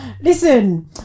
listen